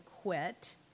quit